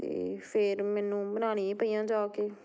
ਅਤੇ ਫਿਰ ਮੈਨੂੰ ਬਣਾਉਣੀਆ ਪਈਆਂ ਜਾ ਕੇ